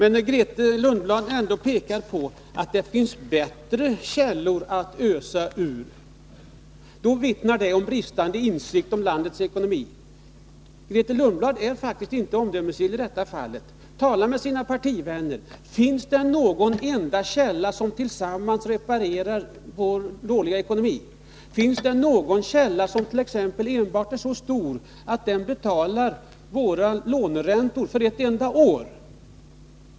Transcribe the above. När Grethe Lundblad påpekar att det finns bättre källor att ösa ur, då vittnar det om bristande insikt om landets ekonomi. Grethe Lundblad är faktiskt inte omdömesgill i detta fall. Tala med partivännerna, Grethe Lundblad! Finns det någon enda källa som ensam kan reparera vår dåliga ekonomi? Finns det någon källa som är så stor att den t.ex. kan betala våra låneräntor för ett enda år?